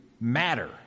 matter